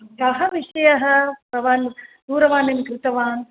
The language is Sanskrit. कः विषयः भवान् दूरवाणीङ्कृतवान्